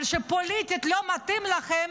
אבל כשפוליטית לא מתאים לכם,